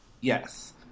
Yes